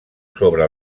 sobre